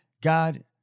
God